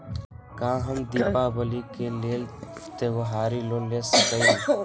का हम दीपावली के लेल त्योहारी लोन ले सकई?